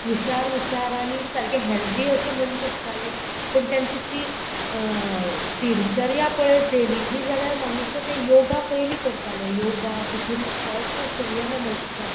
हुशार हुशार आनी सारकें हॅल्दी अशें मनीस आसताले पूण तेंची ती दिनचर्या पळयत डेलीची जाल्यार म्हाका दिसता ते योगा पयली करताले योगा तितून फस्ट सुर्य नमस्कार